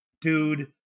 dude